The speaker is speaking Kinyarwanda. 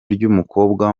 ry’umukobwa